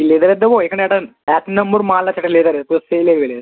কী লেদারের দেবো এখানে একটা এক নম্বর মাল আছে একটা লেদারের পুরো সেই লেভেলের